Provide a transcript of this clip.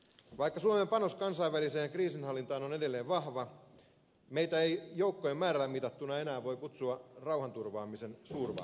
vaikka suomen panos kansainväliseen kriisinhallintaan on edelleen vahva meitä ei joukkojen määrällä mitattuna enää voi kutsua rauhanturvaamisen suurvallaksi